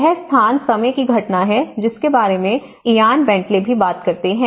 यह स्थान समय की घटना है जिसके बारे में इयान बेंटले भी बात करते हैं